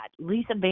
Lisa